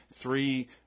three